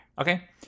Okay